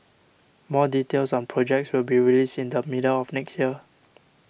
more details on projects will be released in the middle of next year